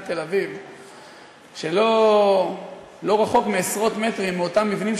תפסיק לחלק ציונים, מי אתה?